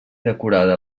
decorada